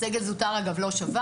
סגל זוטר אגב, לא שבת.